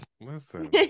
listen